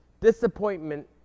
Disappointment